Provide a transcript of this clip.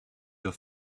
your